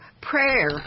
prayer